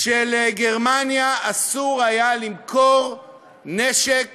כשלגרמניה אסור היה למכור נשק